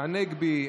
צחי הנגבי,